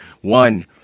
One